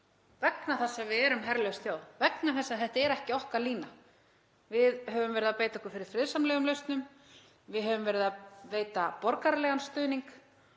vegna þess að við erum herlaus þjóð, vegna þess að þetta er ekki okkar lína. Við höfum verið að beita okkur fyrir friðsamlegum lausnum. Við höfum verið að veita borgaralegan stuðning